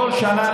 בכל שנה,